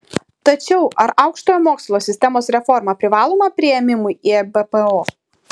tačiau ar aukštojo mokslo sistemos reforma privaloma priėmimui į ebpo